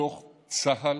בתוך צה"ל,